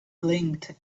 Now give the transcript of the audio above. blinked